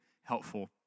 helpful